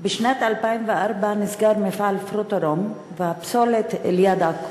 בשנת 2004 נסגר מפעל "פרוטרום" ליד עכו,